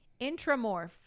Intramorph